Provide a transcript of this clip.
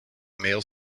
male